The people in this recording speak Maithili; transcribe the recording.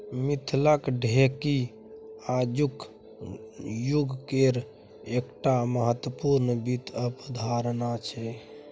मिथिलाक ढेकी आजुक युगकेर एकटा महत्वपूर्ण वित्त अवधारणा छै